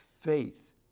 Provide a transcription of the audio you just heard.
faith